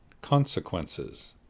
Consequences